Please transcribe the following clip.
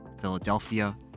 Philadelphia